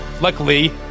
Luckily